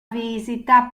visita